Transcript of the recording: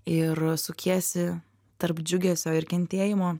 ir sukiesi tarp džiugesio ir kentėjimo